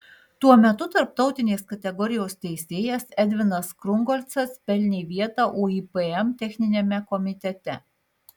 tuo metu tarptautinės kategorijos teisėjas edvinas krungolcas pelnė vietą uipm techniniame komitete